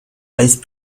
vice